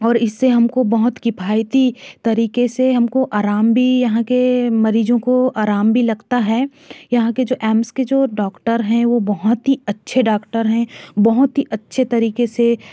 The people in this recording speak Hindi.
और इससे हमको बहुत किफायती तरीके से हमको आराम भी यहाँ के मरीजों को आराम भी लगता है यहाँ के जो एम्स के जो डॉक्टर है वो बहुत ही अच्छे डॉक्टर है बहुत ही अच्छे तरीके से